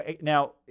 now